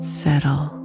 settle